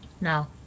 no